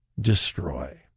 destroy